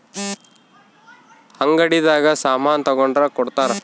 ಅಂಗಡಿ ದಾಗ ಸಾಮನ್ ತಗೊಂಡ್ರ ಕೊಡ್ತಾರ